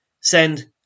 send